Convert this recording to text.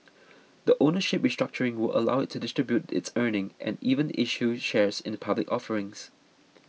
the ownership restructuring will allow it to distribute its earning and even issue shares in public offerings